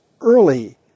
early